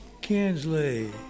Kinsley